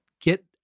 Get